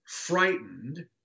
frightened